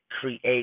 create